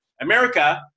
America